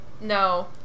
no